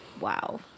Wow